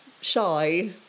shy